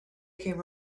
came